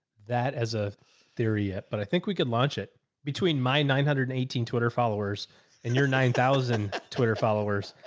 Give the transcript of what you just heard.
as a theory yet, but i think we could launch it between my nine hundred and eighteen twitter followers and your nine thousand twitter followers.